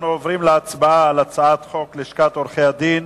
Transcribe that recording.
אנחנו עוברים להצבעה על הצעת חוק לשכת עורכי-הדין